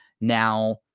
Now